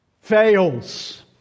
fails